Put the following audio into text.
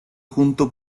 junto